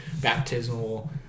baptismal